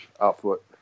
output